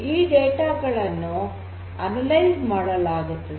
ಈ ಡೇಟಾ ಗಳನ್ನು ಅನಲೈಸ್ ಮಾಡಲಾಗುತ್ತದೆ